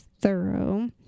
thorough